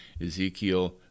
Ezekiel